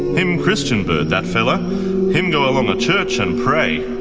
him christian bird, that fellow him go along a church and pray.